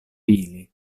ili